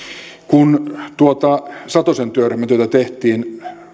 kun tuota satosen työryhmän työtä tehtiin